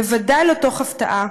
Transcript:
בוודאי לא תוך הפתעה,